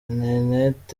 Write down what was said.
internet